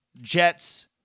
Jets